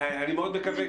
אני מאוד מקווה,